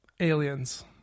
Aliens